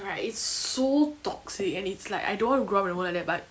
right it's so toxic and it's like I don't want to grow up in a world like that but